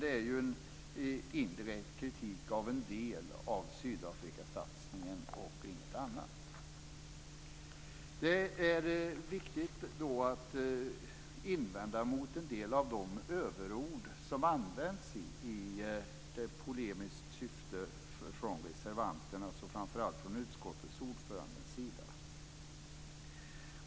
Det är en indirekt kritik av en del av Sydafrikasatsningen och ingenting annat. Det är viktigt att invända mot en del av de överord som använts i polemiskt syfte från reservanterna, framför allt utskottets ordförande.